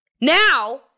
Now